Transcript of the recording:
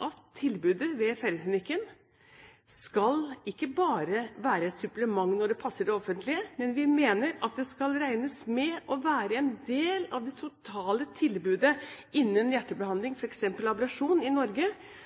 at tilbudet ved Feiringklinikken ikke bare skal være et supplement når det passer det offentlige, men at det skal regnes med og være en del av det totale tilbudet innen